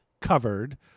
covered